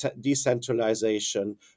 decentralization